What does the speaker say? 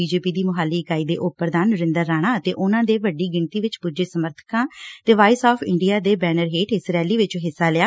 BJP ਦੀ ਮੁਹਾਲੀ ਇਕਾਈ ਦੇ ਉਪ ਪ੍ਰਧਾਨ ਨਰਿੰਦਰ ਰਾਣਾ ਅਤੇ ਉਨਾਂ ਦੇ ਵੱਡੀ ਗਿਣਤੀ ਵਿਚ ਪੁੱਜੇ ਸਮਰਬਕਾਂ ਨੇ ਵਾਇਸ ਆਫ਼ ਇੰਡੀਆ ਦੇ ਬੈਨਰ ਹੇਠ ਇਸ ਰੈਲੀ ਵਿਚ ਹਿੱਸਾ ਲਿਆ